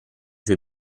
suoi